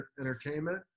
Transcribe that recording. Entertainment